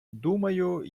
думаю